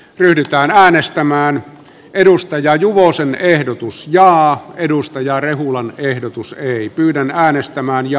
yrittää aina äänestämään edustaja juvosen ehdotus ja edustaja rehulan ehdotus ei yhden äänestämään ja